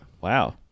Wow